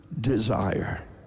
desire